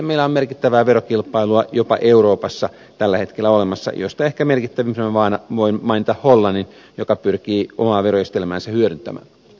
valitettavasti meillä on jopa euroopassa tällä hetkellä olemassa merkittävää verokilpailua jonka osalta ehkä merkittävimpänä maana voin mainita hollannin joka pyrkii omaa verojärjestelmäänsä hyödyntämään